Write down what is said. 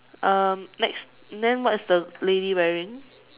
um next then what is the lady wearing